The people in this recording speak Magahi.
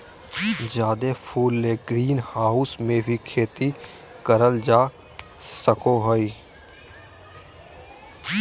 जादे फूल ले ग्रीनहाऊस मे भी खेती करल जा सको हय